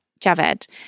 Javed